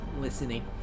Listening